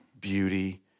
beauty